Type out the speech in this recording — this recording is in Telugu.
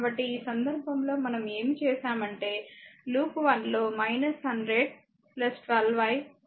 కాబట్టి ఈ సందర్భంలోమనం ఏమి చేశామంటే లూప్ 1 లో 100 12 i v0 0 అని రాశాము